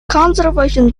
conservation